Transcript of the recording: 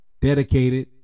dedicated